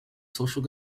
social